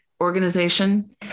organization